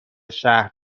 شهر